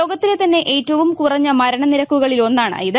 ലോകത്തിലെ തന്നെ ഏറ്റവും കുറഞ്ഞ മരണനിരക്കുകളിൽ ഒന്നാണ് ഇത്